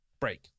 break